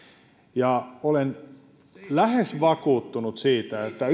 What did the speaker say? ja olen lähes vakuuttunut siitä että